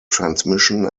transmission